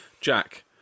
Jack